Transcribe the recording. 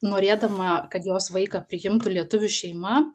norėdama kad jos vaiką priimtų lietuvių šeima